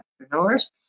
entrepreneurs